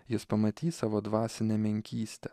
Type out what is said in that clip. jis pamatys savo dvasinę menkystę